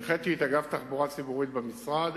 הנחיתי את אגף התחבורה הציבורית במשרד